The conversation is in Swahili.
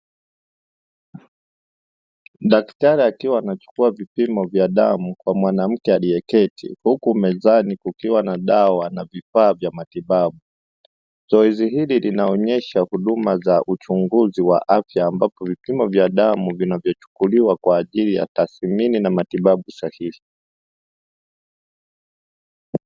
Daktari akiwa anachukua vipimo vya damu kwa mwanamke aliyeketi huku mezani kukiwa na dawa na vifaa vya matibabu, zoezi hili linaonyesha huduma za uchunguzi wa afya, ambapo vipimo vya damu vinavyochukuliwa kwa ajili ya tathmini na matibabu sahihi.